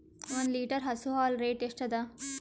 ಒಂದ್ ಲೀಟರ್ ಹಸು ಹಾಲ್ ರೇಟ್ ಎಷ್ಟ ಅದ?